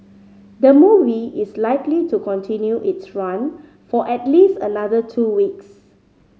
the movie is likely to continue its run for at least another two weeks